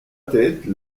tête